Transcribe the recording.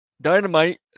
Dynamite